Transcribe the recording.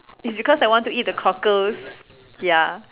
it's because I want eat the cockles ya